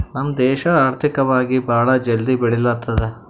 ನಮ್ ದೇಶ ಆರ್ಥಿಕವಾಗಿ ಭಾಳ ಜಲ್ದಿ ಬೆಳಿಲತ್ತದ್